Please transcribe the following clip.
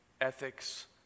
ethics